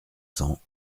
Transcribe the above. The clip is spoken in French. cents